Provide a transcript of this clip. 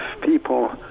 people